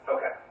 Okay